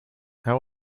how